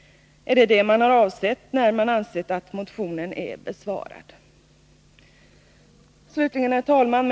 Är det detta man avsett när man ansett att motionen är besvarad? Herr talman!